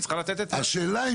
השאלה היא,